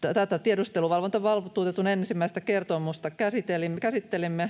tätä tiedusteluvalvontavaltuutetun ensimmäistä kertomusta ja